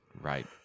right